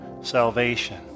salvation